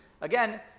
again